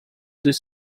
dos